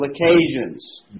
occasions